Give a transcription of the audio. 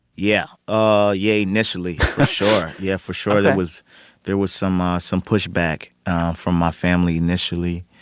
yeah. ah yeah, initially, for sure yeah, for sure, there was there was some um some pushback from my family, initially.